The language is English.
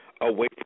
away